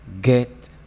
get